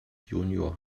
jun